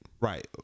Right